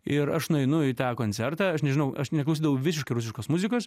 ir aš nueinu į tą koncertą aš nežinau aš neklausydavau visiškai rusiškos muzikos